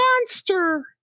monster